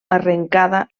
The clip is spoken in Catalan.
arrencada